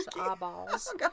eyeballs